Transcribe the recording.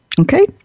Okay